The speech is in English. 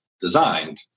designed